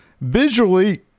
visually